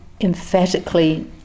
emphatically